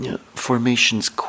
formations